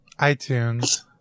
iTunes